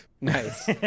Nice